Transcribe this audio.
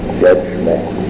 judgment